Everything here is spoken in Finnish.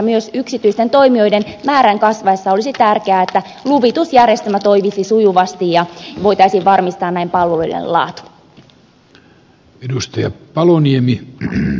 myös yksityisten toimijoiden määrän kasvaessa olisi tärkeää että luvitusjärjestelmä toimisi sujuvasti ja voitaisiin varmistaa näin palveluiden laatu